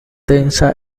densa